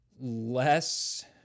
less